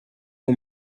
own